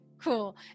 cool